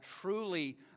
Truly